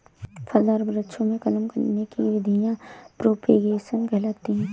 फलदार वृक्षों में कलम करने की विधियां प्रोपेगेशन कहलाती हैं